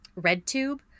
RedTube